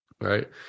right